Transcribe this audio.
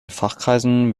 fachkreisen